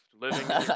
living